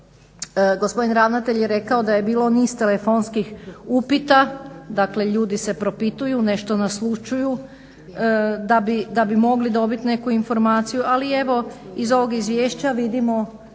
gospodin ravnatelj je rekao da je bilo niz telefonskih upita, dakle ljudi se propituju, nešto naslućuju da bi mogli dobit neku informaciju, ali evo iz ovog izvješća vidimo